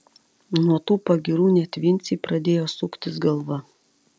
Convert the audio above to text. nuo tų pagyrų net vincei pradėjo suktis galva